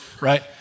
right